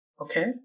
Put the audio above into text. Okay